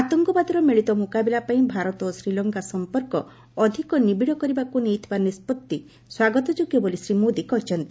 ଆତଙ୍କବାଦର ମିଳିତ ମୁକାବିଲା ପାଇଁ ଭାରତ ଓ ଶ୍ରୀଲଙ୍କା ସଂପର୍କ ଅଧିକ ନିବିଡ଼ କରିବାକୁ ନେଇଥିବା ନିଷ୍କତ୍ତି ସ୍ୱାଗତଯୋଗ୍ୟ ବୋଲି ଶ୍ରୀ ମୋଦି କହିଚ୍ଛନ୍ତି